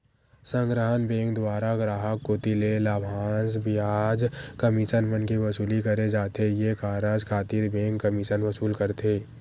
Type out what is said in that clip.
संग्रहन बेंक दुवारा गराहक कोती ले लाभांस, बियाज, कमीसन मन के वसूली करे जाथे ये कारज खातिर बेंक कमीसन वसूल करथे